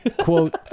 quote